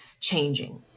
changing